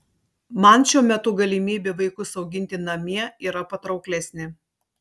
man šiuo metu galimybė vaikus auginti namie yra patrauklesnė